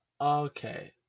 Okay